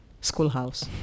schoolhouse